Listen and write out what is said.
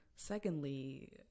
Secondly